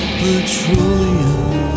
petroleum